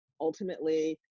ultimately